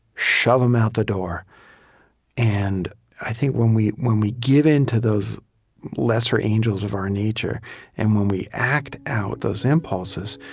shove them out the door and i think, when we when we give in to those lesser angels of our nature and when we act out of those impulses,